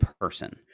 person